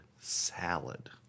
salad